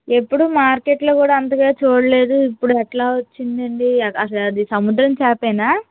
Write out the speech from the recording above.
ఎప్పుడు మార్కెట్లో కూడా అంతగా చూడలేదు ఇప్పుడు ఎట్లా వచ్చింది అండి అసలు అది సముద్రం చేపనా